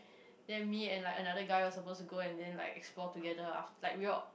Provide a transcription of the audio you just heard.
then me and like another guy was suppose to go and then like explore together aft~ like we were